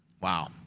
Wow